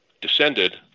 Descended